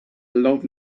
love